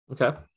Okay